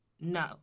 No